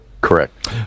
Correct